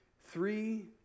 Three